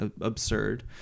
absurd